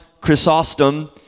chrysostom